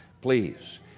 Please